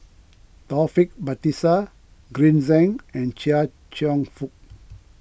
Taufik Batisah Green Zeng and Chia Cheong Fook